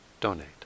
donate